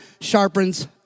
sharpens